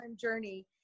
journey